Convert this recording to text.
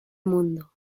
mundo